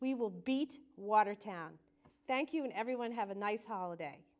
we will beat watertown thank you and everyone have a nice holiday